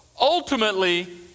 ultimately